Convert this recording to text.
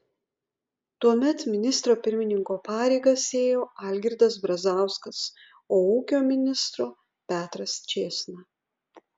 tuomet ministro pirmininko pareigas ėjo algirdas brazauskas o ūkio ministro petras čėsna